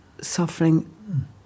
suffering